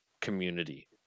community